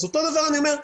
אותו דבר אני אומר,